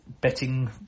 Betting